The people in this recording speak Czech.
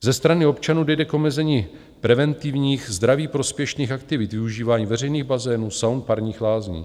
Ze strany občanů dojde k omezení preventivních zdraví prospěšných aktivit, využívání veřejných bazénů, saun, parních lázní.